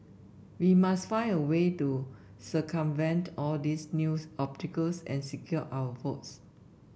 we must find a way to circumvent all these new obstacles and secure our votes